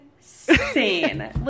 insane